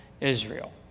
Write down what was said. Israel